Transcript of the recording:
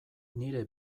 nire